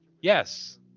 Yes